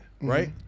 right